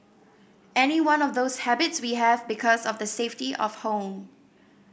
any one of those habits we have because of the safety of home